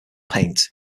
paint